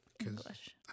English